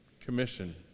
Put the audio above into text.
Commission